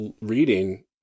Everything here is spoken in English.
reading